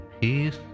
peace